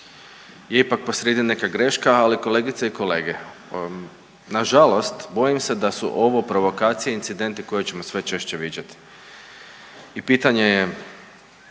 ipak posrijedi neka greška. Ali kolegice i kolege, nažalost bojim se da su ovo provokacije i incidenti koje ćemo sve češće viđat i pitanje je